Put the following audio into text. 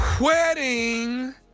wedding